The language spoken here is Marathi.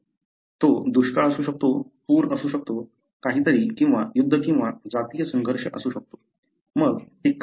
तो दुष्काळ असू शकतो पूर असू शकतो काहीतरी किंवा युद्ध किंवा जातीय संघर्ष असू शकतो मग ते काहीही असो